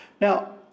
Now